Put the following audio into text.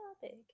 topic